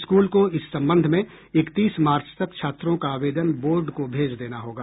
school को इस संबंध में इकतीस मार्च तक छात्रों का आवेदन बोर्ड को भेज देना होगा